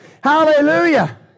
Hallelujah